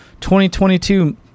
2022